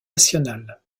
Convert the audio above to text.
nationale